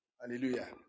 Hallelujah